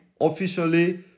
officially